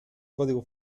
código